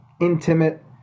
intimate